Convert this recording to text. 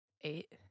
Eight